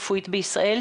בבקשה.